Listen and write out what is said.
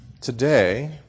Today